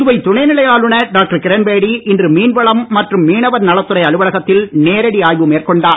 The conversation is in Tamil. புதுவை துணை நிலை ஆளுநர் டாக்டர் கிரண்பேடி இன்று மீன்வளம் மற்றும் மீனவர் நலத்துறை அலுவலகத்தில் நேரடி ஆய்வு மேற்கொண்டார்